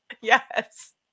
Yes